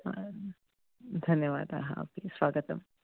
धन्यवादः अपि स्वगतम्